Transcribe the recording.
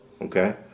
Okay